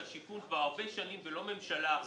והשיכון כבר הרבה שנים ולא בממשלה אחת.